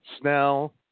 Snell